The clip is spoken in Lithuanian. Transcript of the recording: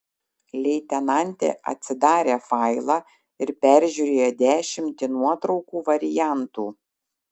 leitenantė atsidarė failą ir peržiūrėjo dešimtį nuotraukų variantų